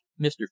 Mr